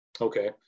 Okay